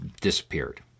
disappeared